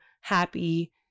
happy